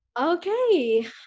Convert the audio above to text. Okay